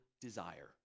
desire